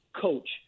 coach